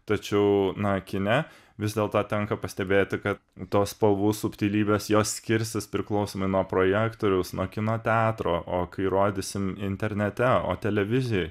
tačiau na kine vis dėlto tenka pastebėti kad tos spalvų subtilybės jo skirsis priklausomai nuo projektoriaus nuo kino teatro o kai rodysim internete o televizijoj